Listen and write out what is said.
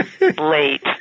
late